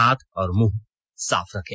हाथ और मुंह साफ रखें